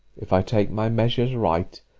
if i take my measures right,